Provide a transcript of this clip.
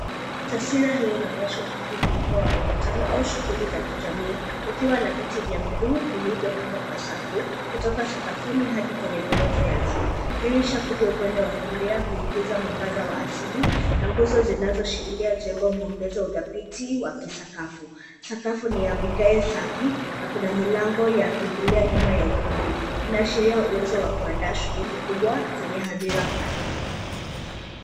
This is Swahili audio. Taswira hii unaonyesha ukumbi mkubwa wa mikutano, au shughuli za kijamii, ukiwa na viti vya bluu vilivyopnagwa kwa safu, kutoka sakafuni, hadi kwenye ghorofa ya juu. Dirisha kubwa kwenye upande wa kulia, huingiza mwangaza wa asili, na nguzo zinazoshikilia jengo huongeza udhabiti, wa kisakafu. Sakafu ni ya vigae safi, na kuna milango ya kuingilia nyuma ya ukumbi, inaashiria uwezo wa kuandaa shughuli kubwa, zenye hadhira pana.